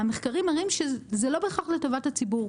המחקרים מראים שזה לא בהכרח לטובת הציבור.